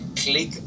click